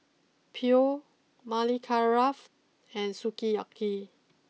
Maili and Sukiyaki